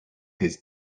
this